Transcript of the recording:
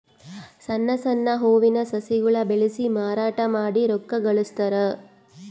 ಸಣ್ಣ್ ಸಣ್ಣ್ ಹೂವಿನ ಸಸಿಗೊಳ್ ಬೆಳಸಿ ಮಾರಾಟ್ ಮಾಡಿ ರೊಕ್ಕಾ ಗಳಸ್ತಾರ್